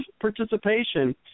participation